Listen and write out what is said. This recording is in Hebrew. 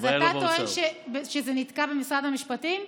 אז אתה טוען שזה נתקע במשרד המשפטים?